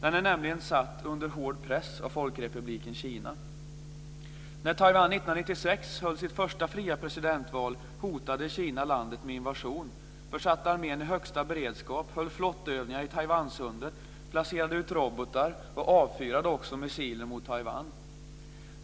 Den är nämligen satt under hård press av Folkrepubliken När Taiwan 1996 höll sitt första fria presidentval hotade Kina landet med invasion, försatte armén i högsta beredskap, höll flottövningar i Taiwansundet, placerade ut robotar och avfyrade också missiler mot Taiwan.